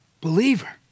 Believer